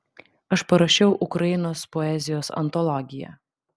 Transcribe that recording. aš parašiau ukrainos poezijos antologiją